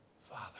Father